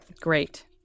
Great